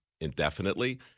indefinitely